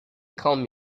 comb